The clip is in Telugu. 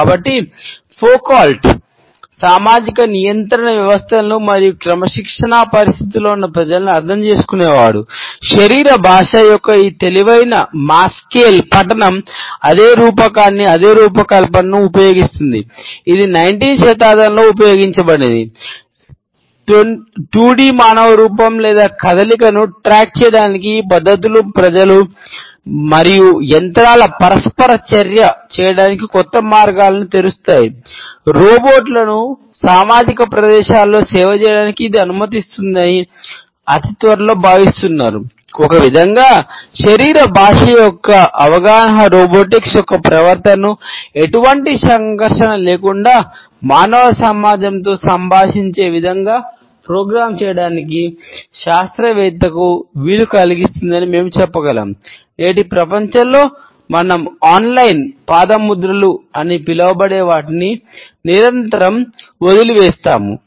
కాబట్టి ఫౌకాల్ట్ పాదముద్రలు అని పిలవబడే వాటిని నిరంతరం వదిలివేస్తాము